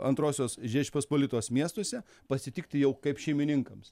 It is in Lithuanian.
antrosios žečpospolitos miestuose pasitikti jau kaip šeimininkams